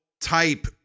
type